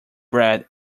bread